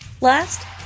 Last